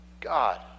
God